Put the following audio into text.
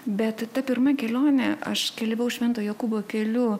bet ta pirma kelionė aš keliavau švento jokūbo keliu